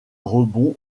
rebond